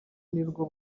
nirwo